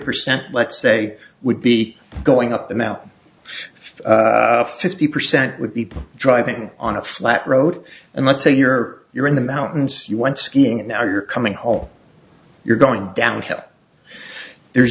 percent let's say would be going up the mountain fifty percent would be driving on a flat road and let's say you're you're in the mountains you went skiing and now you're coming home you're going downhill there's